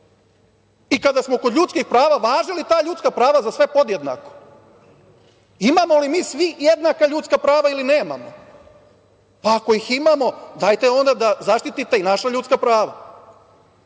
smo kod ljudskih prava - važe li ta ljudska prava za sve podjednako? Imamo li mi svi jednaka ljudska prava ili nemamo? Ako ih imamo, dajte onda da zaštitite i naša ljudska prava.